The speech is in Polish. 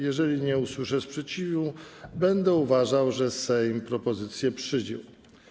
Jeżeli nie usłyszę sprzeciwu, będę uważał, że Sejm propozycję przyjął.